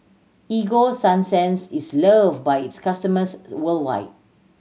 Ego Sunsense is loved by its customers worldwide